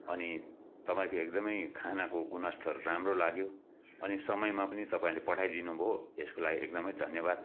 अनि तपाईँको एकदमै खानाको गुणस्तर राम्रो लाग्यो अनि समयमा पनि तपाईँहरूले पठाउनुभयो यस्को लागि एकदमै धन्यवाद